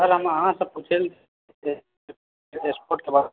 sir हम अहाँसँ पुछैला चाहै छी स्पोर्ट्स के बारेमे